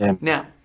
now